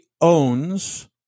owns